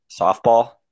Softball